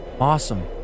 awesome